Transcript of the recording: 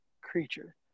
creature